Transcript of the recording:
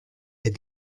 est